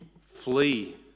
flee